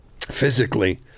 physically